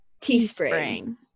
Teespring